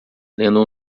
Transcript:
lendo